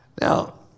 Now